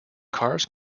cars